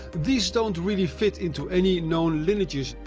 these don't really fit into any known lineages.